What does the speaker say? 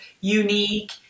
unique